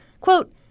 quote